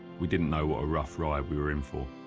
we didn't know what a rough ride we were in for.